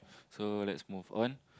so let's move on